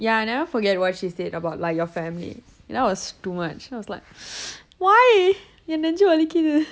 ya I never forget what she said about like your family that was too much then I was like why என் நெஞ்சு வலிக்குது:en nenju valikkuthu